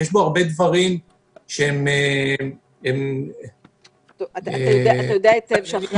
יש פה הרבה דברים שהם --- אתה יודע היטב שאחרי